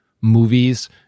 movies